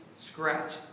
Scratch